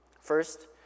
First